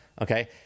Okay